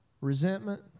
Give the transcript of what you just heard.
resentment